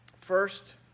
First